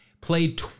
Played